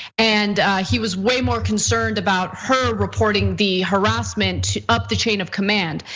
and he was way more concerned about her reporting the harassment up the chain of command.